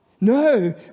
No